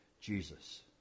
Jesus